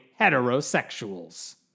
heterosexuals